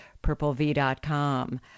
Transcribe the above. purplev.com